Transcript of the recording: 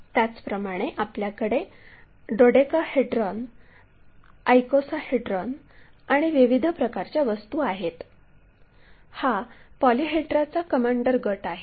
त्याचप्रमाणे आपल्याकडे dodecahedron icosahedron आणि विविध प्रकारच्या वस्तू आहेत हा पॉलिहेड्राचा कमांडर गट आहे